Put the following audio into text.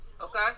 Okay